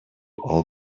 all